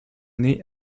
nés